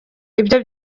ibyo